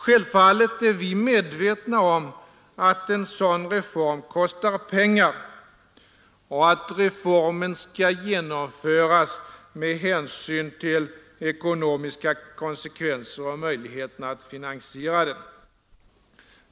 Självfallet är vi medvetna om att en sådan reform kostar pengar och att reformen skall genomföras med hänsyn till ekonomiska konsekvenser, med hänsyn till möjligheterna att finansiera den.